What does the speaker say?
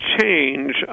change